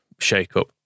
shake-up